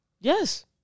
Yes